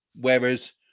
whereas